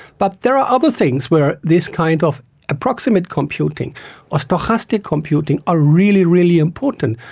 but there are other things where this kind of approximate computing or stochastic computing are really, really important.